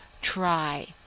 try